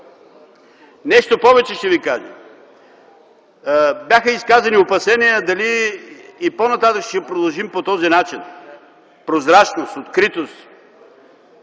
Нещо повече ще ви кажа. Бяха изказани опасения дали и по-нататък ще продължим по този начин – прозрачност, откритост